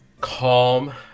calm